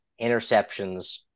interceptions